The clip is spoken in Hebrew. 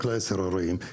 רק ל-10 ערים,